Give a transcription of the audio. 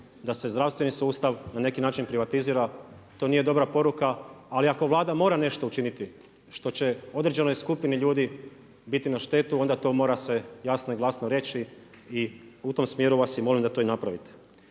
da se zdravstveni sustav na neki način privatizira. To nije dobra poruka ali ako Vlada mora nešto učiniti što će određenoj skupini ljudi biti na štetu onda to mora se jasno i glasno reći i u tom smjeru vas i molim da to i napravite.